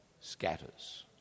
scatters